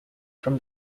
from